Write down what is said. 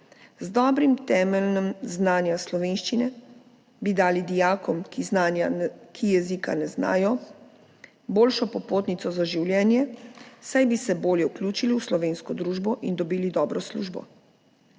Z dobrim temeljem znanja slovenščine bi dali dijakom, ki jezika ne znajo, boljšo popotnico za življenje, saj bi se bolje vključili v slovensko družbo in dobili dobro službo.